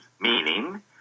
meaning